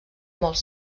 molt